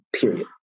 Period